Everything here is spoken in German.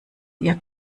ihr